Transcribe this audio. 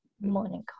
morning